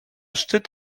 szczyt